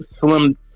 Slim